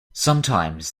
sometimes